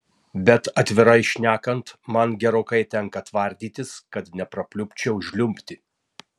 bet atvirai šnekant man gerokai tenka tvardytis kad neprapliupčiau žliumbti